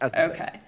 okay